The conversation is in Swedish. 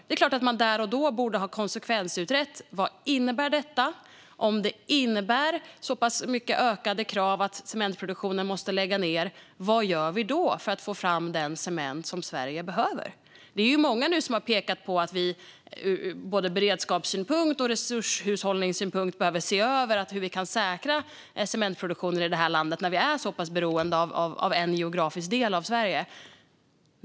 Det är klart att man där och då borde ha konsekvensutrett det. Vad innebär detta? Vad gör vi, om ökade krav innebär att cementproduktionen måste läggas ned, för att få fram den cement som Sverige behöver? Det är många som nu har pekat på att vi ur både beredskapssynpunkt och resurshushållningssynpunkt behöver se över hur vi kan säkra cementproduktionen i landet när vi är så pass beroende av en geografisk del av Sverige.